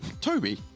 Toby